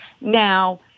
Now